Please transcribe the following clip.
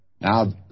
Now